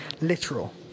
literal